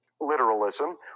literalism